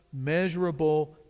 measurable